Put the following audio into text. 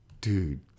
dude